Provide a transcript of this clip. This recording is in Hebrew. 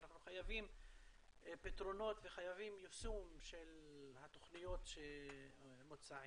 אנחנו חייבים פתרונות וחייבים יישום של התוכניות שמוצעות.